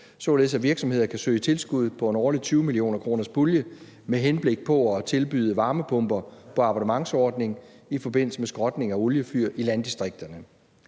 således at virksomheder kan søge tilskud fra en årlig pulje på 20 mio. kr. med henblik på at tilbyde varmepumper på abonnementsordning i forbindelse med skrotning af oliefyr i landdistrikterne.